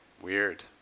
Weird